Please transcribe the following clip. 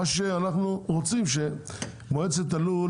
מה שאנחנו רוצים שמועצת הלול,